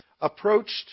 approached